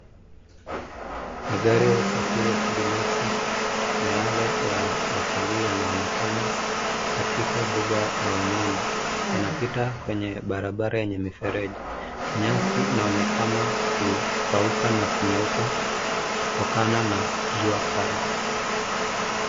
Magari ya usafiri wa kibinafsi na yale ya watalii, yanaonekana katika mbuga la wanyama. Yanapita kwenye barabara yenye mifereji. Nyasi inaonekana kukauka na kunyauka kutokana na jua kali.